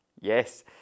Yes